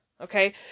Okay